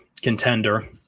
contender